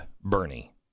Bernie